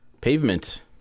Pavement